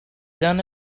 done